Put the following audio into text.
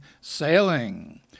sailing